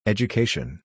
Education